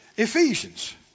Ephesians